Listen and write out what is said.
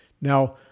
Now